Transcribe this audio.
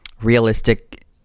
realistic